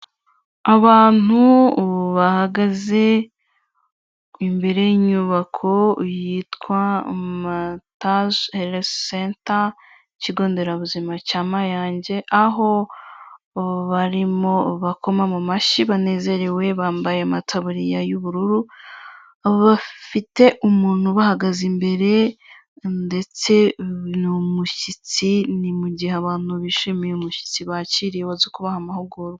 Abantu ubu bahagaze imbere y'inyubako yitwa matasi herifu senta, kigo nderabuzima cya mayange aho barimo bakoma mu mashyi banezerewe bambaye mataburiya yubururu bafite umuntu bahagaze imbere ndetse n'umushyitsi ni mugihe abantu bishimiye umushyitsi bakiriye bazi kubaha amahugurwa.